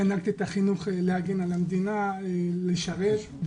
ינקתי את החינוך הזה להגן על המדינה, לשרת,